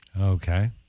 Okay